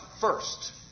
first